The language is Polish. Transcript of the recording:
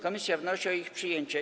Komisja wnosi o ich przyjęcie.